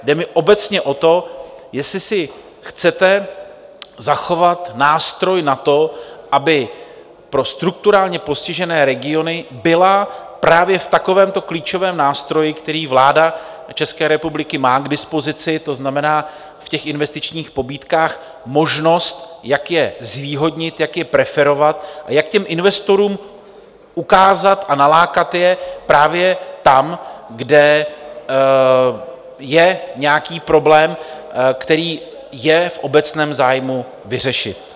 Jde mi obecně o to, jestli si chcete zachovat nástroj na to, aby pro strukturálně postižené regiony byla právě v takovémto klíčovém nástroji, který vláda České republiky má k dispozici, to znamená v investičních pobídkách možnost, jak je zvýhodnit, jak je preferovat a jak investorům ukázat a nalákat je právě tam, kde je nějaký problém, který je v obecném zájmu vyřešit.